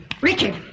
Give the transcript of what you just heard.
Richard